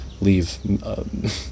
leave